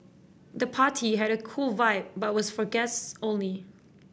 the party had a cool vibe but was for guest only